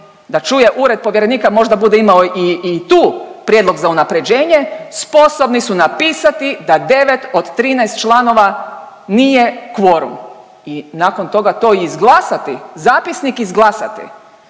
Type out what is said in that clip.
Da čuje Ured povjerenika, možda bude imao i tu prijedlog za unapređenje. Sposobni su napisati da 9 od 13 članova nije kvorum i nakon toga to i izglasati, zapisnik izglasati.